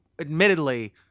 admittedly